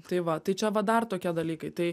tai va tai čia va dar tokie dalykai tai